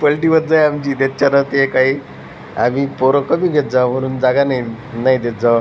पलटी होत जाई आमची त्याच्यानं ते काही आम्ही पोरं कमी घेत जाऊ म्हणून जागा नाही नाही देत जावा